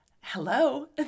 Hello